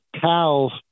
cows